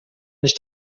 nicht